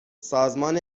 سازمان